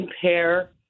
compare